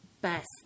best